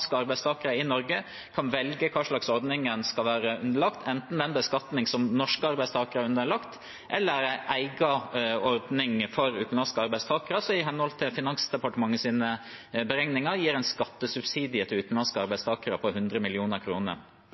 arbeidstakere i Norge kan velge hva slags ordning en skal være underlagt: enten den beskatningen som norske arbeidstakere er underlagt, eller en egen ordning for utenlandske arbeidstakere, som i henhold til Finansdepartementets beregninger gir en skattesubsidie til utenlandske arbeidstakere på 100